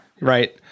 Right